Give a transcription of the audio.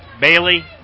Bailey